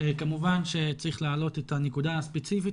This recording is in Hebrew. כמובן שצריך להעלות את הנקודה הספציפית